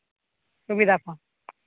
ᱥᱩᱵᱤᱫᱟ ᱠᱚ